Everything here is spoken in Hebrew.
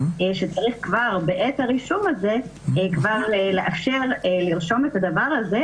שצריך כבר בעת הרישום הזה לאפשר לרשום את הדבר הזה,